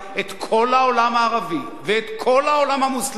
כל העולם הערבי ואת כל העולם המוסלמי,